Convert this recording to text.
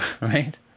Right